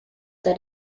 that